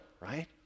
right